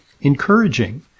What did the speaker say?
encouraging